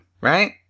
Right